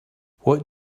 what